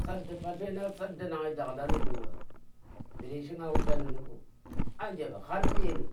Sar da padle na, saar da nganyi dakkar ni jimgur ɓa, bale shi nga wuta anje ɓa har me ni,